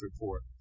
Report